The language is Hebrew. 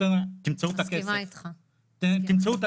תמצאו את הכסף.